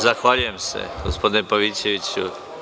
Zahvaljujem se gospodine Pavićeviću.